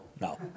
no